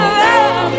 love